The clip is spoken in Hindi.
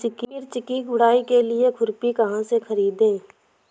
मिर्च की गुड़ाई के लिए खुरपी कहाँ से ख़रीदे?